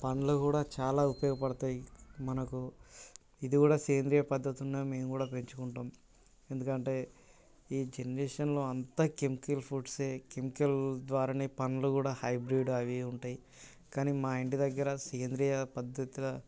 పండ్లు కూడా చాలా ఉపయోగపడతాయి మనకు ఇది కూడా సేంద్రియ పద్ధతిలోనే మేము కూడా పెంచుకుంటాము ఎందుకంటే ఈ జనరేషన్లో అంతా కెమికల్ ఫుడ్సే కెమికల్ ద్వారానే పండ్లు కూడా హైబ్రిడ్ అవి ఉంటాయి కానీ మా ఇంటి దగ్గర సేంద్రియ పద్ధతిగా